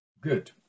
good